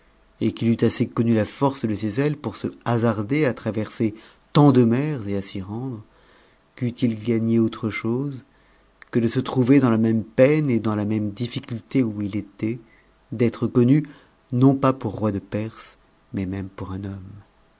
et qu'il eût assez connu la force de ses aites pour se hasarder l a traverser tant de mers et à s'y rendre queût h gagné autre chose que c se trouver dans la même peine et dans la même difficulté où i était e connu non pas pour roi de perse mais même pour un homme